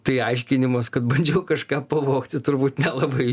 tai aiškinimas kad bandžiau kažką pavogti turbūt nelabai